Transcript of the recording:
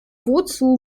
wozu